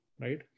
right